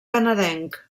canadenc